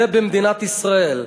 זה במדינת ישראל.